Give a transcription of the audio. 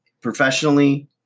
professionally